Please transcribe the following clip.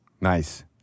Nice